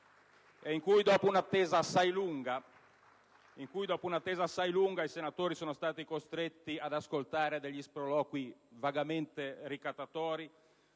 sala, dopo un'attesa assai lunga, i senatori sono stati costretti ad ascoltare gli sproloqui vagamente ricattatori